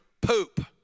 poop